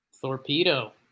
Torpedo